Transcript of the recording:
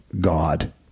God